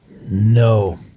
No